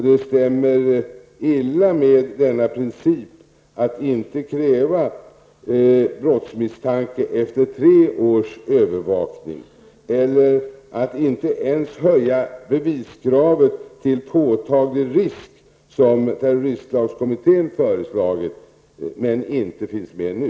Det stämmer illa med denna princip att inte kräva brottsmisstanke efter tre års övervakning eller att inte ens höja beviskravet till påtaglig risk, som terroristlagskommittén föreslagit. Det finns inte med nu.